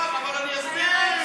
אבל אני אסביר.